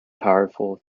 powerful